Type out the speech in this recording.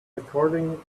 according